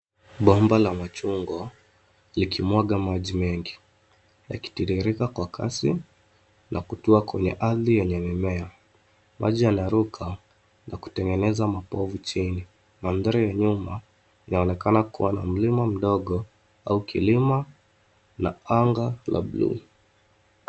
Bomba la machungwa likimwaga maji mengi, likitiririka kwa kasi na kutua kwenye ardhi yenye mimea. Maji yanaruka na kutengeneza mapovu chini, mandhari ya nyuma inaonekana kuwa na mlima mdogo au kilima na anga la buluu.